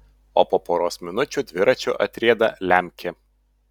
o po poros minučių dviračiu atrieda lemkė